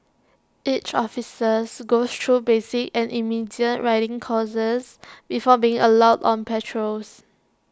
each officers goes through basic and intermediate riding courses before being allowed on patrols